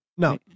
No